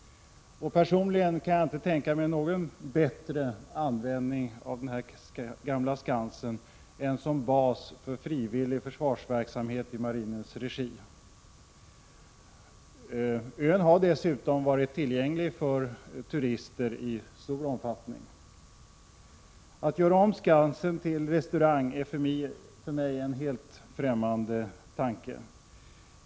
Personligen kan jag inte tänka mig någon bättre användning av den gamla skansen än som bas för frivillig försvarsverksamhet i marinens regi. Ön har dessutom i stor omfattning varit tillgänglig för turister. Att göra om skansen till restaurang är för mig en helt främmande tanke.